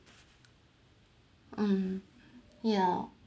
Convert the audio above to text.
um yeah